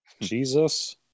Jesus